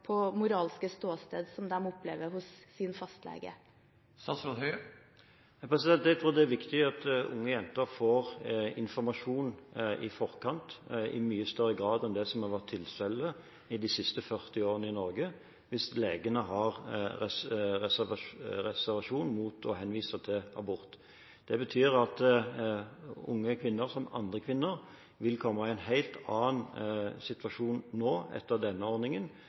på moralske ståsted som de opplever hos sin fastlege. Jeg tror det er viktig at unge jenter får informasjon i forkant i mye større grad enn det som har vært tilfellet i de siste 40 årene i Norge – hvis legene har reservasjon mot å henvise til abort. Det betyr at unge kvinner, som andre kvinner, vil komme i en helt annen situasjon nå, etter denne ordningen,